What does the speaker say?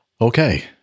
Okay